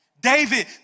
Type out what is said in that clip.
David